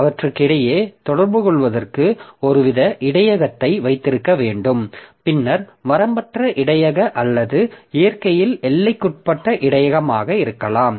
அவற்றுக்கிடையே தொடர்புகொள்வதற்கு ஒருவித இடையகத்தை வைத்திருக்க வேண்டும் பின்னர் வரம்பற்ற இடையக அல்லது இயற்கையில் எல்லைக்குட்பட்ட இடையகமாக இருக்கலாம்